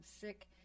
sick